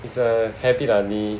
it's a habit lah 你